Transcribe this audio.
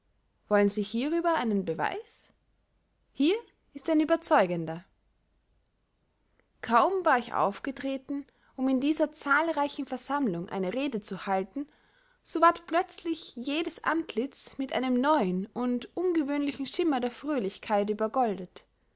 wollen sie hierüber einen beweis hier ist ein überzeugender kaum war ich aufgetreten um in dieser zahlreichen versammlung eine rede zu halten so ward plötzlich jedes antlitz mit einem neuen und ungewöhnlichen schimmer der fröhlichkeit